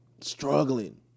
struggling